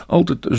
Altijd